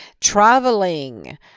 traveling